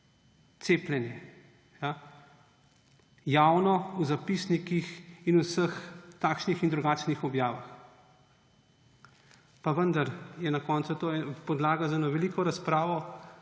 cepljenje. Javno v zapisnikih in vseh takšnih in drugačnih objavah. Pa vendar je na koncu to podlaga za eno veliko razpravo,